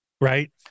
right